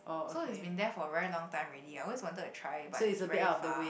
so it's been there for a very long time already I always wanted to try but it's very far